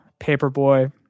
Paperboy